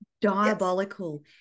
diabolical